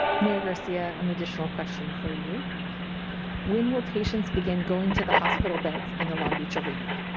mayor garcia an additional question for you when will patients begin going to the hospital beds in the long beach arena?